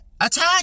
attack